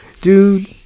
Dude